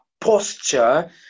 posture